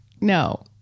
No